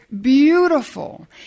beautiful